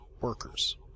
workers